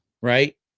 right